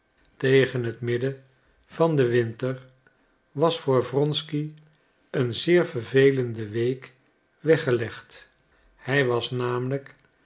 tegen het midden van den winter was voor wronsky een zeer vervelende week weggelegd hij was namelijk